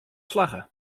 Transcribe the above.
slagge